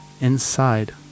inside